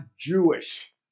Jewish